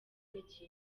n’igihe